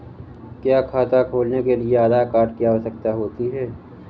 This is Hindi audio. क्या खाता खोलने के लिए आधार कार्ड की आवश्यकता होती है?